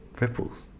ripples